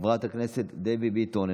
חברת הכנסת דבי ביטון,